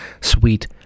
Sweet